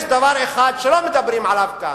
יש דבר אחד שלא מדברים עליו כאן,